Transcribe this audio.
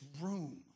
room